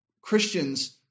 Christians